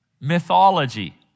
mythology